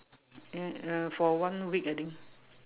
uh uh for one week I think